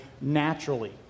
naturally